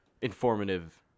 Informative